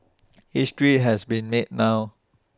history has been made now